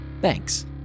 Thanks